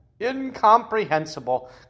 Incomprehensible